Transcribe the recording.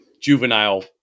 juvenile